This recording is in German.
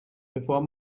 bevor